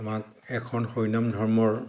আমাক এখন হৰি নাম ধৰ্মৰ